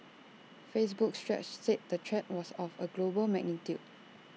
Facebook's stretch said the threat was of A global magnitude